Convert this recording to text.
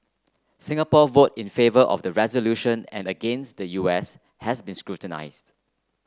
Singapore vote in favour of the resolution and against the U S has been scrutinised